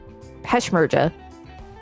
Peshmerga